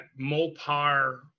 Mopar